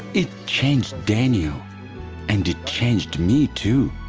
it changed daniel and it changed me too.